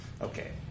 Okay